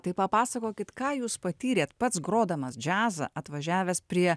tai papasakokit ką jūs patyrėtet pats grodamas džiazą atvažiavęs prie